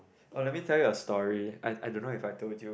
oh let me tell you a story I I don't know if I told you